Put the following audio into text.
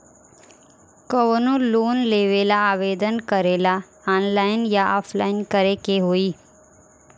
कवनो लोन लेवेंला आवेदन करेला आनलाइन या ऑफलाइन करे के होई?